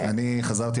אני חזרתי,